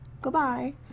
Goodbye